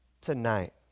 tonight